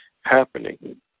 happening